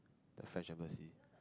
the french embassy